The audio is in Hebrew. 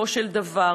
בסופו של דבר.